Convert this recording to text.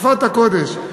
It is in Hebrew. שפת הקודש.